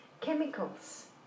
chemicals